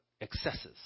excesses